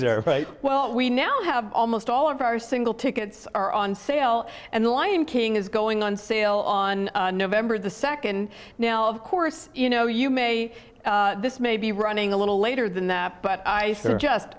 well we now have almost all of our single tickets are on sale and the lion king is going on sale on november the second now of course you know you may this may be running a little later than that but i